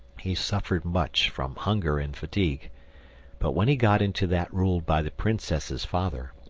he suffered much from hunger and fatigue but when he got into that ruled by the princess's father,